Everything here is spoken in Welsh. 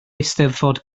eisteddfod